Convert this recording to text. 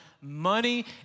money